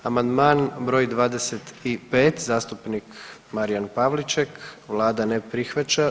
Amandman broj 25. zastupnik Marijan Pavliček, vlada ne prihvaća.